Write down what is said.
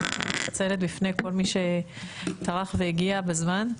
אני מתנצלת בפני כל מי שטרח והגיע בזמן.